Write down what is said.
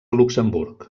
luxemburg